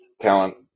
talent